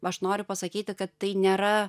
aš noriu pasakyti kad tai nėra